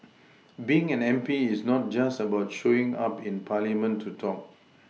being an M P is not just about showing up in parliament to talk